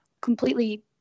completely